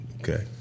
Okay